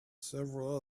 several